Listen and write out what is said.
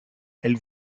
elle